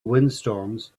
windstorms